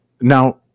Now